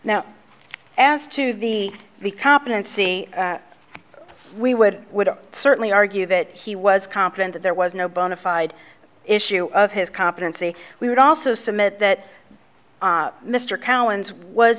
now as to the the competency we would certainly argue that he was confident that there was no bona fide issue of his competency we would also submit that mr collins was